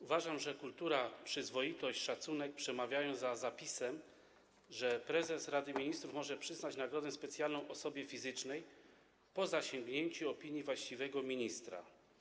Uważam, że kultura, przyzwoitość, szacunek przemawiają za zapisem, że prezes Rady Ministrów może przyznać nagrodę specjalną osobie fizycznej - po zasięgnięciu opinii właściwego ministra.